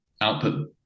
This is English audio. output